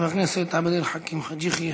חבר הכנסת עבד אל חכים חאג' יחיא.